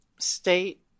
state